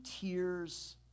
tears